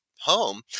home